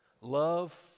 love